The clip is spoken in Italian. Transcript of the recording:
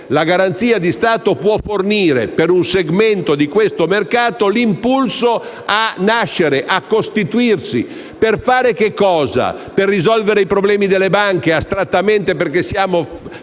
La garanzia di Stato può fornire per un segmento di questo mercato l'impulso a nascere e a costituirsi. Per fare che cosa? Per risolvere i problemi delle banche perché astrattamente siamo